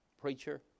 Preacher